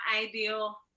ideal